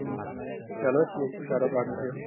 چلو ٹھیٖک تیٚلہِ کرَو پارٹنَرشِپ